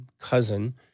cousin